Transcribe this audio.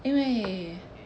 因为